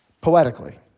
poetically